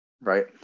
right